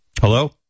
Hello